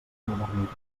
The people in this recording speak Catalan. modernitat